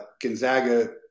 Gonzaga